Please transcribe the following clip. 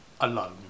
alone